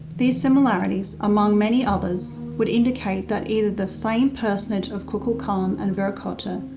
these similarities, among many others, would indicate that either the same personage of kukulcan and viracocha,